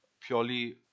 purely